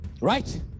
right